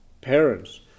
Parents